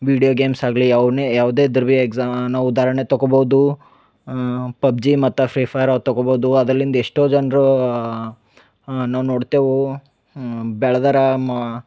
video games ಆಗಲಿ ಯಾವ್ನೆ ಯಾವುದೇ ಇದ್ರೂ ಭೀ ಎಕ್ಸಾ ನಾ ಉದಾಹರಣೆ ತಕೊಬೌದು ಪಬ್ಜಿ ಮತ್ತು ಫ್ರೀ ಫೈರೋ ತಗೊಬೌದು ಅದರ್ಲಿಂದ ಎಷ್ಟೋ ಜನರು ನಾವು ನೋಡ್ತೇವೆ ಬೆಳ್ದರ ಮ